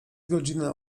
godzina